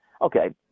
okay